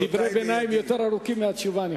דיבורי הביניים יותר ארוכים מהתשובה.